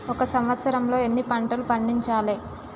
ఒక సంవత్సరంలో ఎన్ని పంటలు పండించాలే?